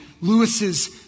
Lewis's